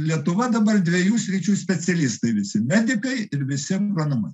lietuva dabar dviejų sričių specialistai visi medikai ir visi agronomai